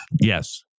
Yes